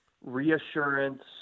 reassurance